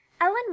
Ellen